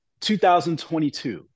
2022